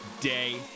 day